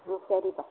ம் சரிப்பா